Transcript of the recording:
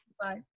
Bye